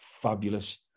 fabulous